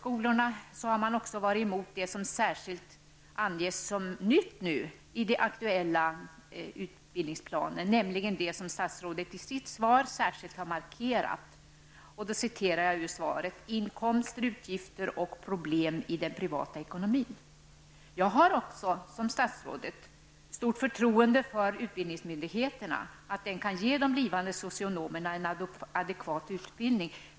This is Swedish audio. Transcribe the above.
Där har man också varit emot det som särskilt anges som nytt i den aktuella utbildningsplanen, nämligen det som statsrådet i sitt svar särskilt har markerat: ''Inkomster, utgifter och problem i den privata ekonomin.'' Jag har också, liksom statsrådet, fullt förtroende för att utbildningsmyndigheterna kan ge de blivande socionomerna en adekvat utbildning.